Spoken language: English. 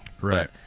Right